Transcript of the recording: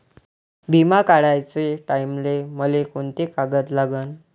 बिमा काढाचे टायमाले मले कोंते कागद लागन?